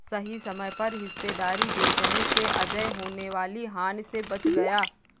सही समय पर हिस्सेदारी बेचने से अजय होने वाली हानि से बच गया